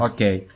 Okay